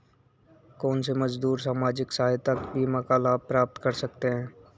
कौनसे मजदूर सामाजिक सहायता बीमा का लाभ प्राप्त कर सकते हैं?